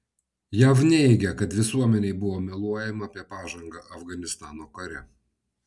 jav neigia kad visuomenei buvo meluojama apie pažangą afganistano kare